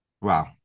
Wow